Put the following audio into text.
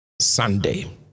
Sunday